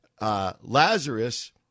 Lazarus